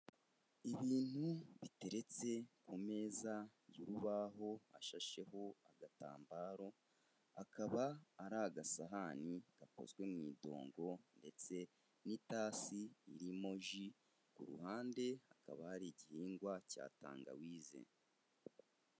Ibintu biteretse ku meza y'urubaho ashasheho agatambaro, akaba ari agasahani gakozwe mu idongo ndetse n'itasi irimo ji, ku ruhande hakaba hari igihingwa cya tangawizi.